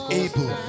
able